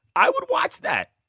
i would watch that.